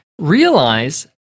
realize